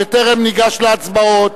בטרם ניגש להצבעות,